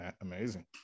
amazing